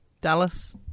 Dallas